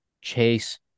Chase